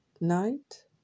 Night